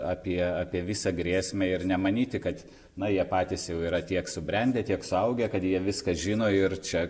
apie apie visą grėsmę ir nemanyti kad na jie patys jau yra tiek subrendę tiek suaugę kad jie viską žino ir čia